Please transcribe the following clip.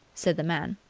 said the man.